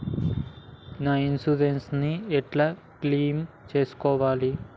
నా ఇన్సూరెన్స్ ని ఎట్ల క్లెయిమ్ చేస్కోవాలి?